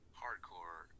hardcore